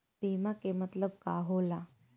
बीमा के मतलब का होला?